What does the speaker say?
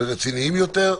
ורציניים יותר,